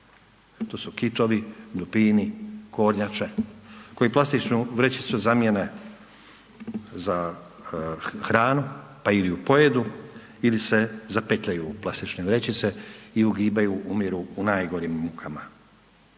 to su kitovi, dupini, kornjače koji plastičnu vrećicu zamijene za hranu, pa il ju pojedu ili se zapetljaju u plastične vrećice i ugibaju, umiru u najgorim mukama.